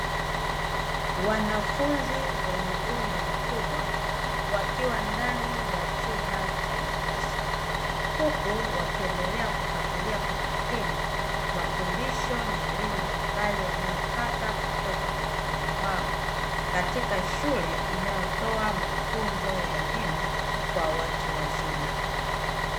Wanafunzi wenye umri mkubwa wakiwa ndani ya chumba cha darasa, huku wakiendelea kufuatilia kwa makini mafundisho na elimu mbalimbali wanayopata kutoka kwa mwalimu wao, katika shule inayotoa mafunzo ya elimu kwa watu wazima.